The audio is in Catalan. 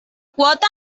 quota